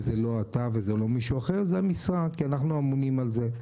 וזה לא אתה וזה לא מישהו אחר זה המשרד כי אנחנו אמונים על זה.